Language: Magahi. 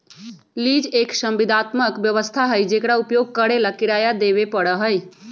लीज एक संविदात्मक व्यवस्था हई जेकरा उपयोग करे ला किराया देवे पड़ा हई